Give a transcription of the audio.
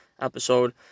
episode